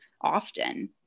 often